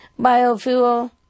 Biofuel